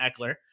Eckler